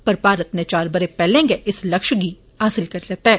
पर भारत नै चार बरें पैहले गै इस लक्ष्य गी हासिल करी लैत्ता